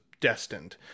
Destined